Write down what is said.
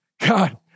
God